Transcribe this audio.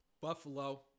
Buffalo